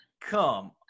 come